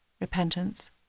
repentance